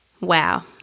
Wow